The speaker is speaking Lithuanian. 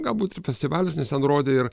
galbūt ir festivalis nes ten rodė ir